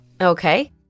Okay